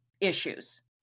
issues